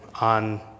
on